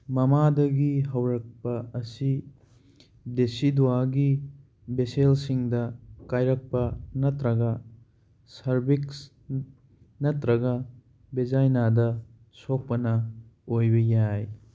ꯃꯃꯥꯗꯒꯤ ꯍꯧꯔꯛꯄ ꯑꯁꯤ ꯗꯤꯁꯤꯗ꯭ꯋꯥꯒꯤ ꯕꯦꯁꯦꯜꯁꯤꯡꯗ ꯀꯥꯏꯔꯛꯄ ꯅꯠꯇ꯭ꯔꯒ ꯁꯔꯚꯤꯛꯁ ꯅꯠꯇ꯭ꯔꯒ ꯕꯤꯖꯥꯏꯅꯥꯗ ꯁꯣꯛꯄꯅ ꯑꯣꯏꯕ ꯌꯥꯏ